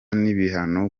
n’ibihano